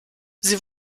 sie